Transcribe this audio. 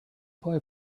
boy